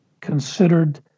considered